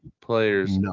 players